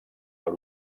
per